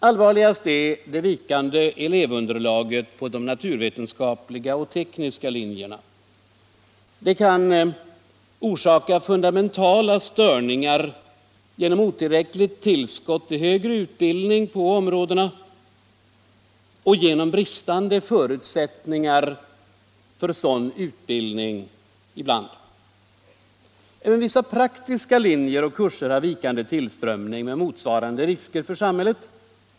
Allvarligast är det vikande elevunderlaget på de naturvetenskapliga och tekniska linjerna. Det kan orsaka fundamentala störningar genom otillräckligt tillskott till högre utbildning på områdena, ibland genom bristande förutsättningar för sådan utbildning. Även vissa praktiska linjer och kurser har vikande tillströmning med motsvarande risker för samhället.